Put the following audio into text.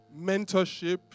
Mentorship